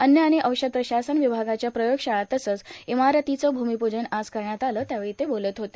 अव्न आणि औषध प्रशासन विभागाच्या प्रयोगशाळा तसंच इमारतीचं भूमिप्रजन आज करण्यात आलं त्यावेळी ते बोलत होते